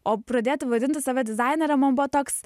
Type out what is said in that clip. o pradėti vadinti save dizainere man buvo toks